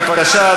בבקשה,